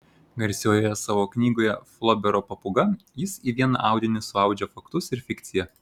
garsiojoje savo knygoje flobero papūga jis į vieną audinį suaudžia faktus ir fikciją